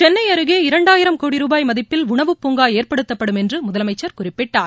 சென்னை அருகே இரண்டாயிரம் கோடி ரூபாய் மதிப்பில் உணவுப்பூங்கா ஏற்படுத்தப்படும் என்று முதலமைச்சர் குறிப்பிட்டார்